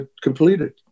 completed